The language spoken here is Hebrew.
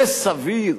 זה סביר?